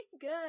Good